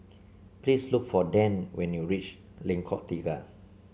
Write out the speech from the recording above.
please look for Dann when you reach Lengkong Tiga